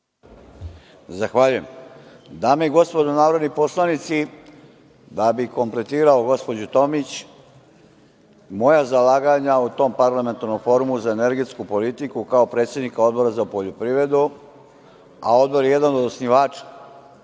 Zahvaljujem. Dame i gospodo narodni poslanici, da bi kompletirao gospođu Tomić, moja zalaganja u tom Parlamentarnom formu za energetsku politiku kao predsednika Odbora za poljoprivredu, a Odbor je jedan od osnivača